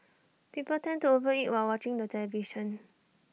people tend to over eat while watching the television